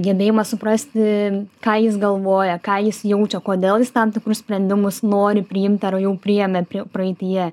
gebėjimas suprasti ką jis galvoja ką jis jaučia kodėl jis tam tikrus sprendimus nori priimti ar jau priėmė praeityje